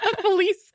police